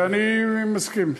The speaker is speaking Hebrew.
אני מסכים.